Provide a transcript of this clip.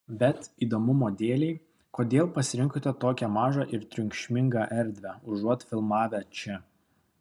bet įdomumo dėlei kodėl pasirinkote tokią mažą ir triukšmingą erdvę užuot filmavę čia